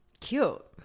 Cute